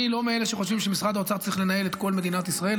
אני לא מאלה שחושבים שמשרד האוצר צריך לנהל את כל מדינת ישראל,